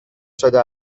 شده